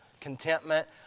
Contentment